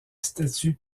statues